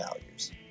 values